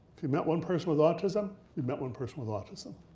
if you've met one person with autism, you've met one person with autism.